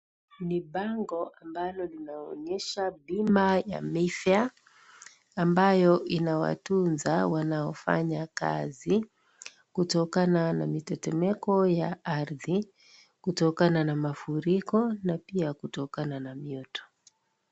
Ni bango ambalo linaonyesha bima ya (cs )mayfair (cs)ambayo inawatunza wanaofanya kazi kutokana na mitetemeko ya ardhi kutokana na mafuliko yakutokana na mioto.